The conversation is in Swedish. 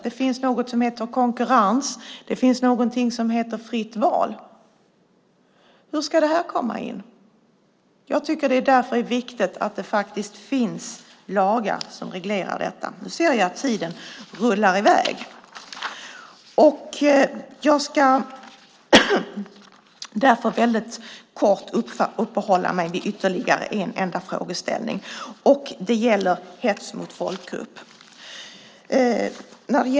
Det finns något som heter konkurrens, och det finns något som heter fritt val. Hur ska det här komma in? Jag tycker därför att det är viktigt att det faktiskt finns lagar som reglerar detta. Nu ser jag att tiden rullar iväg. Jag ska därför väldigt kort uppehålla mig vid ytterligare en enda frågeställning. Det gäller hets mot folkgrupp.